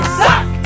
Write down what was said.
suck